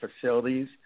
facilities